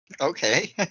Okay